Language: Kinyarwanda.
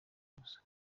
gusa